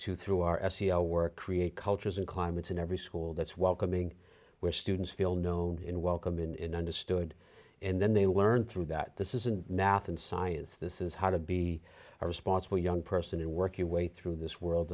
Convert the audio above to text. to through our s c l work create cultures and climates in every school that's welcoming where students feel known in welcome in understood and then they were learned through that this isn't nath and science this is how to be a responsible young person and work your way through this world